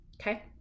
okay